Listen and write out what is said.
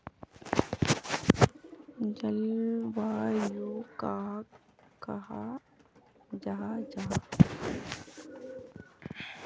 जलवायु कहाक कहाँ जाहा जाहा?